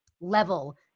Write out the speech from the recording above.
level